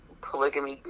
polygamy